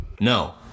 No